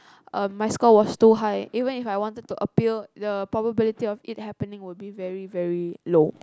um my score was too high even If I wanted to appeal the probability of it happening will be very very low